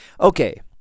Okay